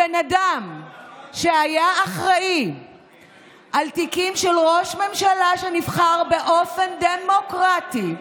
הבן אדם שהיה אחראי לתיקים של ראש ממשלה שנבחר באופן דמוקרטי,